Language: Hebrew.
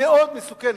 מאוד מסוכנות.